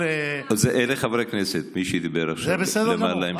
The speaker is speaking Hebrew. אלה חברי כנסת, מי שדיבר עכשיו למעלה.